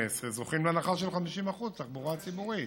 זוכים להנחה של 50% בתחבורה הציבורית.